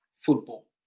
football